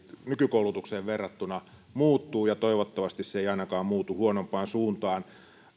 nykykoulutukseen verrattuna muuttuu ja toivottavasti se ei ainakaan muutu huonompaan suuntaan